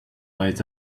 might